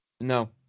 No